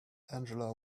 angela